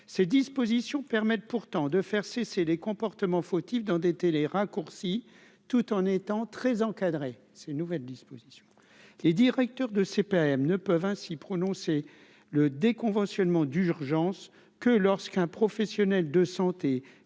ces dispositions permettent pourtant de faire cesser les comportements fautifs d'endetter les raccourcis, tout en étant très encadré, ces nouvelles dispositions, les directeurs de CPAM ne peuvent ainsi prononcé le déconventionnement d'urgence que lorsqu'un professionnel de santé,